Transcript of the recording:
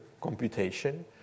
computation